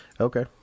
Okay